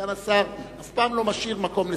סגן השר אף פעם לא משאיר מקום לספקות,